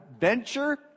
venture